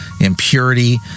impurity